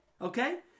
okay